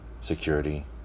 security